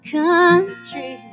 country